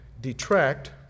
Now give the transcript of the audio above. detract